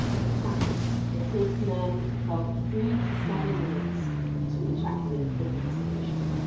it's science. it takes men about three to seven minutes to ejaculate with masturbation.